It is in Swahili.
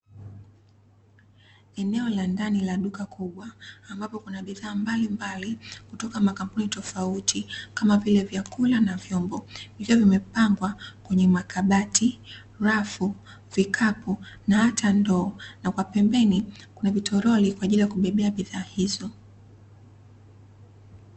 Eneo la ndani la duka kubwa ambapo kuna bidhaa mbalimbali kutoka makampuni tofauti kama vile: vyakula na vyombo vikiwa vimepangwa kwenye makabati, rafu, vikapu na hata ndoo na kwa pembeni kuna vitoroli kwa ajili ya kubebea bidhaa hizo.